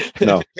No